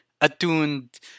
attuned